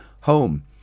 home